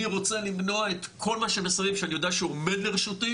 אני רוצה למנוע את כל מה שמסביב שאני יודע שהוא עומד לרשותי